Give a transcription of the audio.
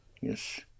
Yes